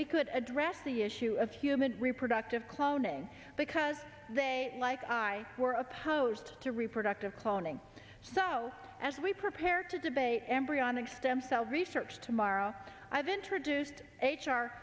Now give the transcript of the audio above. we could address the issue of human reproductive cloning because they like i were opposed to reproductive cloning so as we prepare to debate embryonic stem cell research tomorrow i've introduced h